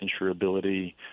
insurability